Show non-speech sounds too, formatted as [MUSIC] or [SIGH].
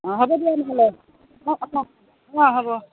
অ হ'ব দিয়া নহ'লে [UNINTELLIGIBLE] অ হ'ব